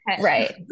right